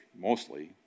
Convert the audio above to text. mostly